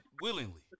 willingly